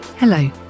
Hello